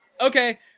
Okay